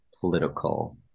political